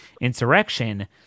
insurrection